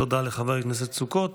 תודה לחבר הכנסת סוכות.